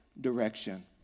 direction